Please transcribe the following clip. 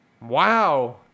Wow